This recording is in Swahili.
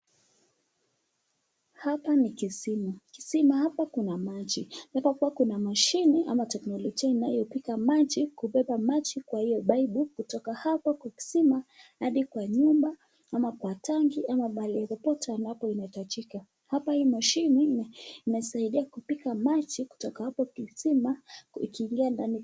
Hapa ni kisima. Kisima hapa kuna maji. Hapa kuwa kuna mashini ama teknolojia inayopika maji, kubeba maji kwa hiyo baibu kutoka hapa kwa kisima hadi kwa nyumba ama kwa tangi ama mahali popote wanapo inahitajika. Hapa hii mashini imesaidia kupika maji kutoka hapo kisima ikiingia ndani